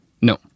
No